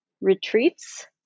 retreats